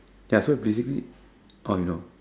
ya so basically oh you know